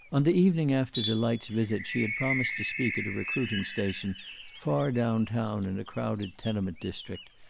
on the evening after delight's visit, she had promised to speak at a recruiting station far down-town in a crowded tenement district,